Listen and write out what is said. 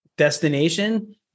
Destination